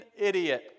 idiot